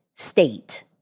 state